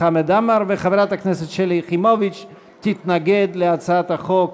חמד עמאר וחברת הכנסת שלי יחימוביץ תתנגד להצעת החוק